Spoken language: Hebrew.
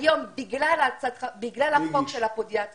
אולי ניסןח של הצעת חוק.